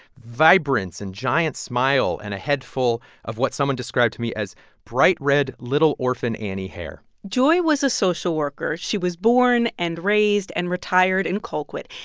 vibrance and giant smile and a head full of what someone described to me as bright red little orphan annie hair joy was a social worker. she was born and raised and retired in colquitt.